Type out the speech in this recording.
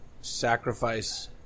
sacrifice